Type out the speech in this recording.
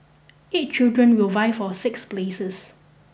eight children will vie for six places